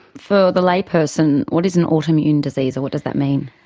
for the layperson, what is an autoimmune disease or what does that mean?